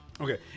Okay